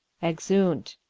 exeunt.